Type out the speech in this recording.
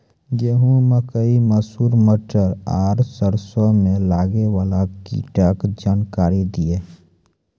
गेहूँ, मकई, मसूर, मटर आर सरसों मे लागै वाला कीटक जानकरी दियो?